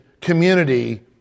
community